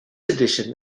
edition